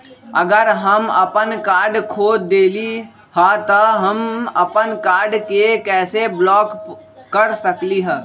अगर हम अपन कार्ड खो देली ह त हम अपन कार्ड के कैसे ब्लॉक कर सकली ह?